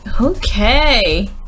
Okay